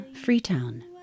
Freetown